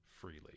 freely